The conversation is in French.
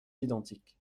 identiques